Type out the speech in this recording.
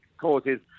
causes